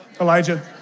Elijah